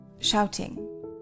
Shouting